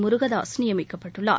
முருகதாஸ் நியமிக்கப்பட்டுள்ளார்